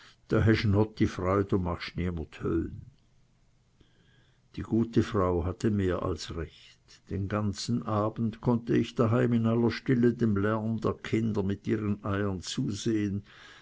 und machst niemer höhn die gute frau hatte mehr als recht den ganzen abend konnte ich daheim in stiller freude dem lärm der kinder mit ihren eiern zusehen